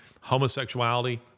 homosexuality